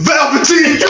Velveteen